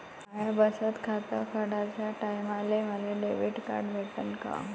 माय बचत खातं काढाच्या टायमाले मले डेबिट कार्ड भेटन का?